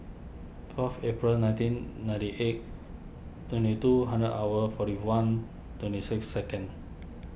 fourth April nineteen ninety eight twenty two hundred hour forty one twenty six second